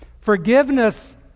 Forgiveness